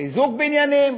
חיזוק בניינים